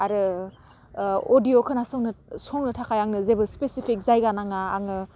आरो ओह अदिअ खोनासंनो संनो थाखाय आंनो जेबो सिफिसेपिक जायगा नाङा आंनो